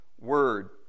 word